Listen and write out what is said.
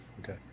Okay